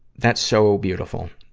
that's so beautiful.